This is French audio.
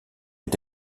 est